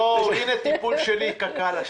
יואו, הינה טיפול שלי, קק"ל השנה.